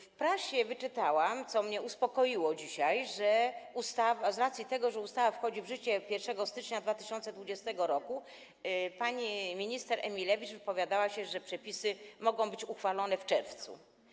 W prasie wyczytałam, co mnie uspokoiło dzisiaj, że z racji tego, że ustawa wchodzi w życie 1 stycznia 2020 r. - tak pani minister Emilewicz wypowiadała się - przepisy mogą być uchwalone w czerwcu.